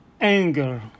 anger